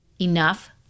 enough